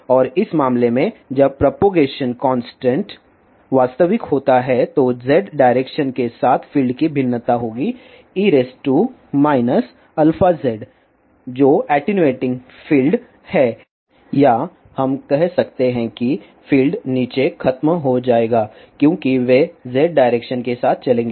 और इस मामले में जब प्रोपगेशन कांस्टेंट वास्तविक होता है तो z डायरेक्शन के साथ फील्ड की भिन्नता होगी e αz जो एटीन्यूएटिंग फील्ड है या हम कह सकते हैं कि फील्ड नीचे खत्म हो जाएगा क्योंकि वे z डायरेक्शन के साथ चलेंगे